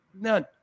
none